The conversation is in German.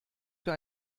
für